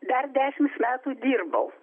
dar dešimt metų dirbau